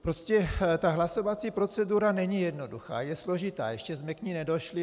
Prostě ta hlasovací procedura není jednoduchá, je složitá, ještě jsme k ní nedošli.